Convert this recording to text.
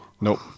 Nope